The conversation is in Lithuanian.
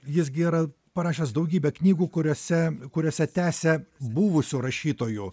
jis gi yra parašęs daugybę knygų kuriose kuriose tęsia buvusių rašytojų